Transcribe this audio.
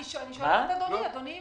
אני שואלת את אדוני.